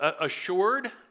assured